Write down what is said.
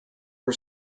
her